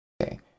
Okay